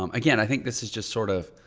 um again, i think this is just sort of,